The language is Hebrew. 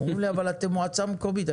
אומרים לי, אבל אתם מועצה מקומית.